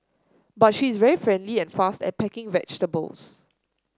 but she is very friendly and fast at packing vegetables